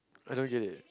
I don't get it